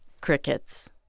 crickets